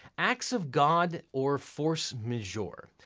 acts of god or force majeure.